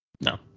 No